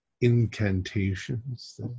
incantations